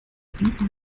dieser